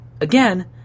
Again